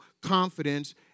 confidence